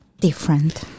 different